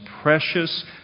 precious